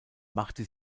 machte